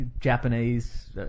Japanese